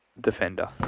defender